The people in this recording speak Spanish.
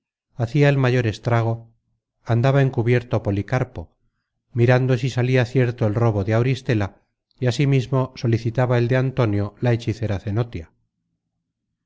hacia el mayor estrago andaba encubierto policarpo mirando si salia cierto el robo de auristela y asimismo solicitaba el de antonio la hechicera cenotia